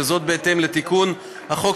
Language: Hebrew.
ובא לציון גואל.